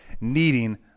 needing